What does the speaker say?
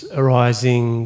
arising